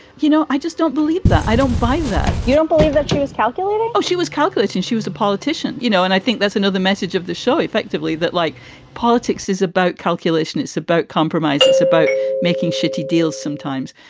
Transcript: you know, i just don't believe that. i don't buy that. you don't believe that she was calculating? oh, she was calculating. she was a politician, you know, and i think that's another message of the show effectively that like politics is about calculation. it's about compromise. it's about making shitty deals sometimes.